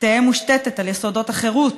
תהא מושתתת על יסודות החירות,